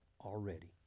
Already